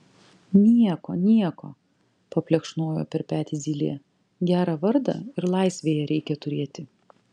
nieko nieko paplekšnojo per petį zylė gerą vardą ir laisvėje reikia turėti